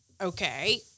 okay